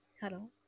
Hello